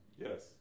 Yes